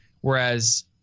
Whereas